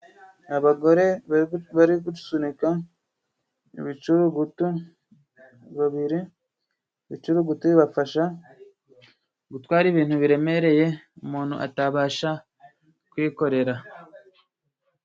Abagore bari gusunika ibicurugutu babiri, ibicurugutu bibafasha gutwara ibintu biremereye umuntu atabasha kwikorera.